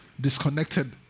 disconnected